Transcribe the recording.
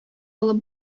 алып